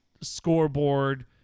scoreboard